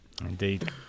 Indeed